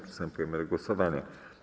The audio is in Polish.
Przystępujemy do głosowania.